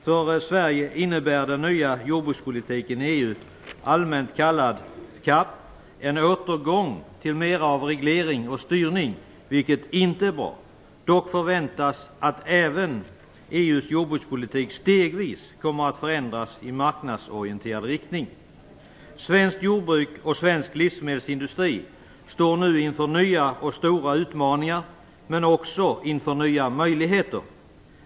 För Sverige innebär den nya jordbrukspolitiken i EU, allmänt kallad CAP, en återgång till mera av reglering och styrning, vilket inte är bra. Det förväntas dock att även EU:s jordbrukspolitik stegvis kommer att förändras i marknadsorienterad riktning. Svenskt jordbruk och svensk livsmedelsindustri står nu inför nya och stora utmaningar, men också inför nya möjligheter.